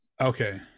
Okay